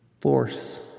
Force